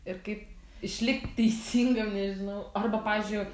ir kaip išlikt teisingam nežinau arba pavyzdžiui vat